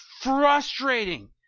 frustrating